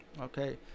okay